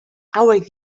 hauek